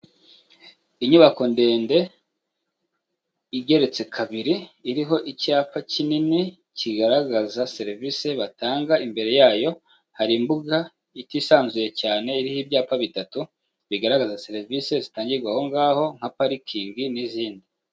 Inyubako ndende, igeretse kabiri iriho icyapa kinini kigaragaza serivisi batanga imbere yayo hari imbuga itisanzuye cyane iriho ibyapa bitatu, bigaragaza serivisi zitangirwa aho ngaho nka parikingi n'izindi.